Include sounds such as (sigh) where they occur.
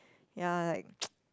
ya like (noise)